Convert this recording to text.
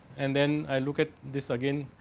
and then a look at this again